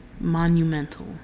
monumental